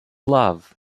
love